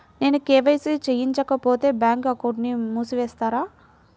నేను కే.వై.సి చేయించుకోకపోతే బ్యాంక్ అకౌంట్ను మూసివేస్తారా?